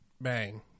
Bang